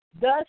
Thus